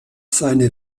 seine